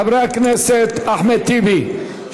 חבר הכנסת אחמד טיבי,